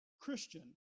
Christian